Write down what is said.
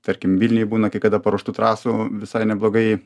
tarkim vilniuj būna kada paruoštų trasų visai neblogai